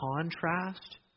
contrast